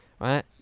right